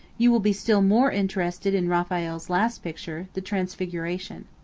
you will be still more interested in raphael's last picture, the transfiguration.